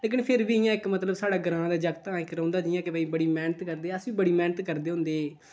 ते कन्नै फिर बी इ'यां इक मतलब साढ़ै ग्रांऽ दे जागतै इक रौंह्दा जि'यां कि भई बड़ी मेह्नत करदे अस बी बड़ी मेह्नत करदे होंदे हे